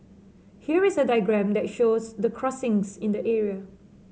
here is a diagram that shows the crossings in the area